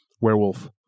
werewolf